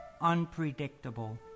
unpredictable